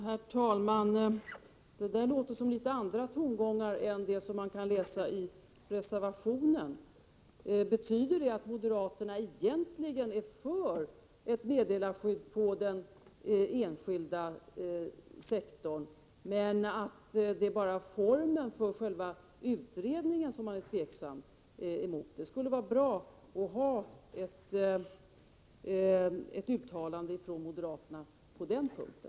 Herr talman! Det låter som litet andra tongånger än i reservationen. Betyder det att moderaterna egentligen är för ett meddelarskydd inom den enskilda sektorn och att det bara är formen för utredningen som man är tveksam till? Det skulle vara bra att få ett uttalande från moderaterna på den punkten.